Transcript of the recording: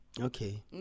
Okay